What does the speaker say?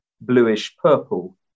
bluish-purple